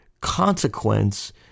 consequence